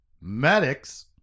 medics